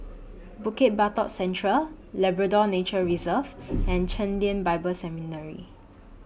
Bukit Batok Central Labrador Nature Reserve and Chen Lien Bible Seminary